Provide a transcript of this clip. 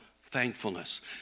thankfulness